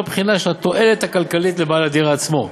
בחינה של התועלת הכלכלית לבעל הדירה עצמו.